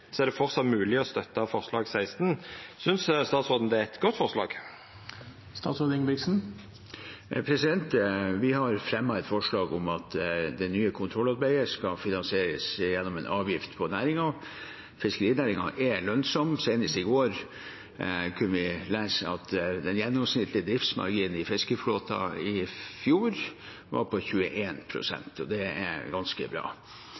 å støtta forslag nr. 16, er no: Synest statsråden det er eit godt forslag? Vi har fremmet et forslag om at det nye kontrollarbeidet skal finansieres gjennom en avgift på næringen. Fiskerinæringen er lønnsom. Senest i går kunne vi lese at den gjennomsnittlige driftsmarginen i fiskeflåten i fjor var på 21 pst. Det er ganske bra.